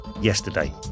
yesterday